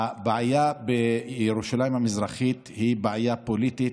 הבעיה בירושלים המזרחית היא בעיה פוליטית,